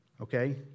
Okay